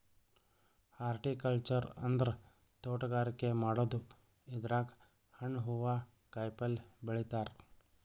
horticulture ಅಂದ್ರ ತೋಟಗಾರಿಕೆ ಮಾಡದು ಇದ್ರಾಗ್ ಹಣ್ಣ್ ಹೂವಾ ಕಾಯಿಪಲ್ಯ ಬೆಳಿತಾರ್